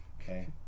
Okay